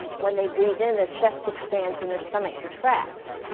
when they breath in their chest expands and their stomach contracts